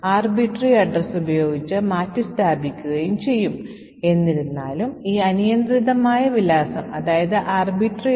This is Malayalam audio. അതിനാൽ ഇപ്പോൾ നമ്മൾ ഉപയോക്താവിൽ നിന്ന് ഒരു സ്ട്രിംഗ് വായിക്കുന്ന ഈ സ്കാൻഫ് ഫംഗ്ഷൻ call ചെയ്യുന്നു